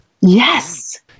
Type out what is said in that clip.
Yes